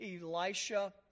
Elisha